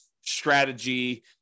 strategy